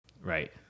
right